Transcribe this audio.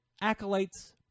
Acolytes